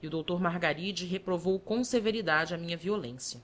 e o doutor margaride reprovou com severidade a minha violência